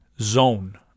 zone